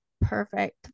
Perfect